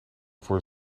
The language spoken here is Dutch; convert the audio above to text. voor